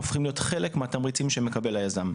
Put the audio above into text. הופכים להיות חלק מהתמריצים שמקבל היזם.